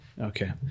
Okay